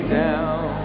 down